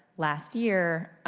last year,